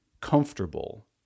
comfortable